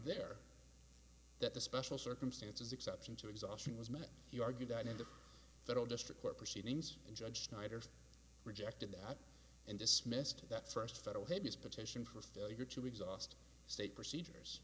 there that the special circumstances exception to exhaustion was met he argued that in the federal district court proceedings and judged niters rejected that and dismissed that first federal habeas petition for failure to exhaust state procedures